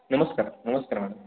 नमस्कार नमस्कार मॅडम